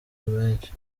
menshi